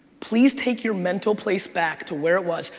please take your mental place back to where it was,